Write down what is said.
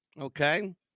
okay